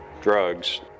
drugs